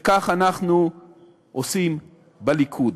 וכך אנחנו עושים בליכוד.